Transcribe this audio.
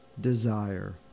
desire